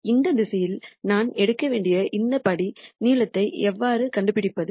எனவே இந்த திசையில் நான் எடுக்க வேண்டிய இந்த படி நீளத்தை எவ்வாறு கண்டுபிடிப்பது